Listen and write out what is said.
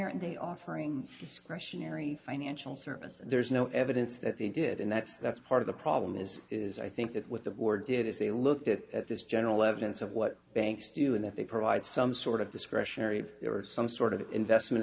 aren't they offering discretionary financial services there's no evidence that they did and that's that's part of the problem is is i think that with the board did is they looked at this general evidence of what banks do in that they provide some sort of discretionary there are some sort of investment